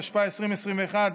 התשפ"א 2021,